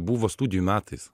buvo studijų metais